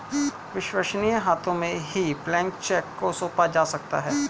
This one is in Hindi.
विश्वसनीय हाथों में ही ब्लैंक चेक को सौंपा जा सकता है